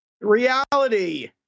Reality